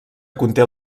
conté